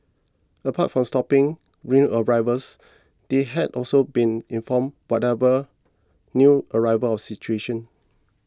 apart from stopping new arrivals they had also been inform whatever new arrivals of situation